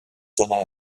sondern